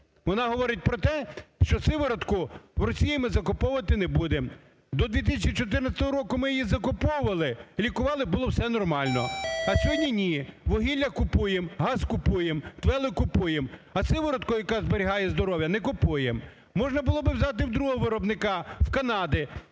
Вона говорить про те, що сиворотку в Росії ми закуповувати не будемо. До 2014 року ми її закуповували, лікували, було все нормально. А сьогодні ні. Вугілля купуємо, газ купуємо, твели купуємо, а сиворотку, яка зберігає здоров'я, не купуємо. Можна було би взяти в другого виробника, з Канади.